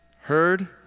Heard